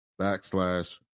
backslash